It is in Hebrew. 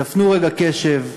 תפנו רגע קשב.